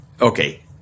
okay